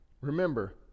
Remember